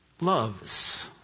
loves